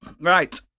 Right